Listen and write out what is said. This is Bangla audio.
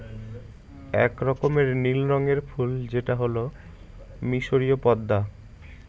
এক রকমের নীল রঙের ফুল যেটা হল মিসরীয় পদ্মা